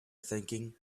thinking